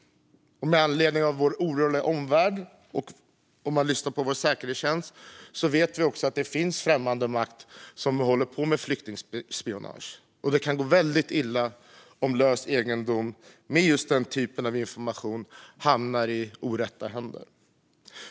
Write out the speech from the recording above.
I vår oroliga omvärld vet vi också, om vi har lyssnat på vår säkerhetstjänst, att det finns främmande makter som håller på med flyktingspionage. Det kan gå väldigt illa om lös egendom med just den typen av information hamnar i orätta händer.